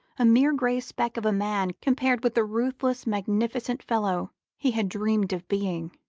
a mere grey speck of a man compared with the ruthless magnificent fellow he had dreamed of being.